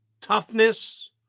toughness